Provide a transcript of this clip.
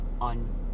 on